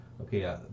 okay